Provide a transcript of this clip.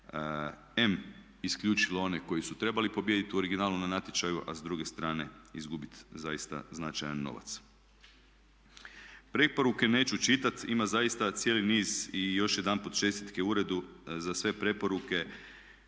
em isključilo one koji su trebali pobijediti u originalu na natječaju, a s druge strane izgubiti zaista značajan novac. Preporuke neću čitati, ima zaista cijeli niz i još jedanput čestitke uredu za sve preporuke